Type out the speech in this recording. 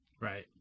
Right